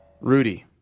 Rudy